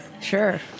Sure